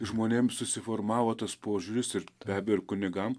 žmonėms susiformavo tas požiūris ir be abejo ir kunigam